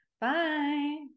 Bye